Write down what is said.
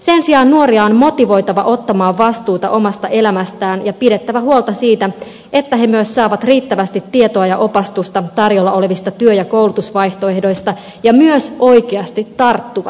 sen sijaan nuoria on motivoitava ottamaan vastuuta omasta elämästään ja pidettävä huolta siitä että he myös saavat riittävästi tietoa ja opastusta tarjolla olevista työ ja koulutusvaihtoehdoista ja myös oikeasti tarttuvat niihin